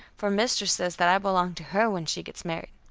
for mistress says that i belong to her when she gets married.